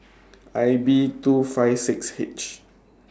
I B two five six H